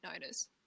notice